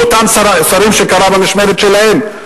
ואותם שרים שזה קרה במשמרת שלהם,